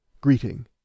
Greeting